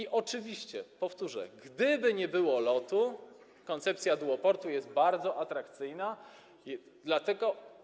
I oczywiście, powtórzę, gdyby nie było LOT-u, koncepcja duoportu byłaby bardzo atrakcyjna, dlatego.